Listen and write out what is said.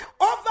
Over